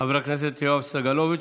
חבר הכנסת יואב סגלוביץ'.